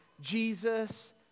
Jesus